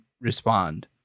respond